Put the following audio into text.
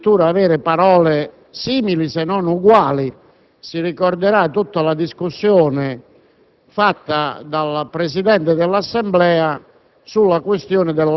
presentano addirittura parole simili se non uguali. Si ricorderà tutta la discussione fatta dal Presidente dell'Assemblea